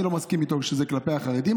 אני לא מסכים איתו שזה כלפי החרדים,